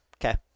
Okay